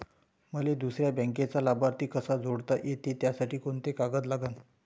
मले दुसऱ्या बँकेचा लाभार्थी कसा जोडता येते, त्यासाठी कोंते कागद लागन?